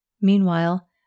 Meanwhile